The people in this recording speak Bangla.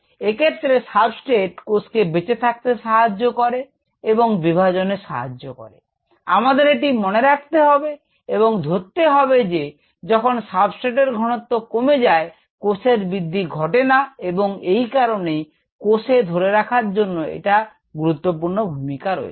এক্ষেত্রে সাবস্ট্রেট কোষকে বেঁচে থাকতে সাহায্য করে এবং বিভাজনে সাহায্য করে আমাদের এটি মনে রাখতে হবে এবং ধরতে হবে যে যখন সাবস্ট্রেট এর ঘনত্ব কমে যায় কোষের বৃদ্ধি ঘটে না এবং এই কারনেই কোষে ধরে রাখার জন্য এটার গুরুত্বপূর্ণ ভূমিকা রয়েছে